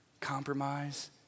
compromise